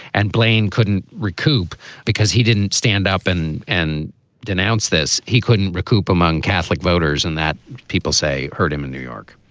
and blaine couldn't recoup because he didn't stand up and and denounce this. he couldn't recoup among catholic voters. and that, people say, hurt him in new york.